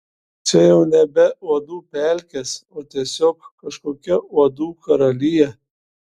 čia jau nebe uodų pelkės o tiesiog kažkokia uodų karalija